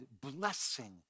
blessing